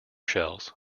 shells